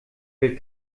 will